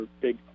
big